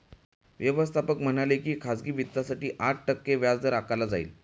व्यवस्थापक म्हणाले की खाजगी वित्तासाठी आठ टक्के व्याजदर आकारला जाईल